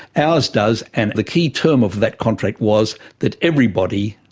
ours does, and the key term of that contract was that everybody,